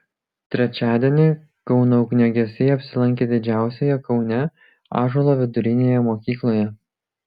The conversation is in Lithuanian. trečiadienį kauno ugniagesiai apsilankė didžiausioje kaune ąžuolo vidurinėje mokykloje